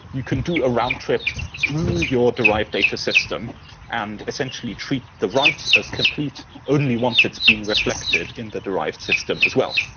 you can do a round trip through your derived data system and essentially treat the write as completely only once it's been reflected in the derived system as well,